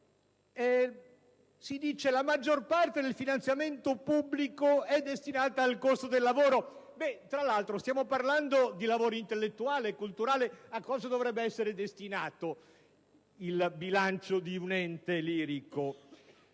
Si dice che la maggior parte del finanziamento pubblico è destinato al costo del lavoro. Tra l'altro, stiamo parlando di lavoro intellettuale e culturale. A cosa dovrebbe essere destinato il bilancio di un ente lirico?